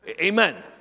Amen